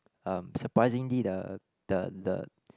um surprisingly the the the